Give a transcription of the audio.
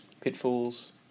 Pitfalls